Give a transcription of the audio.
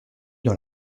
dans